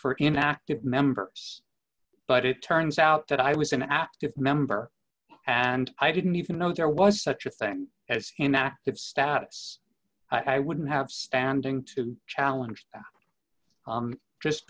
for inactive members but it turns out that i was an active member and i didn't even know there was such a thing as an active status i wouldn't have standing to challenge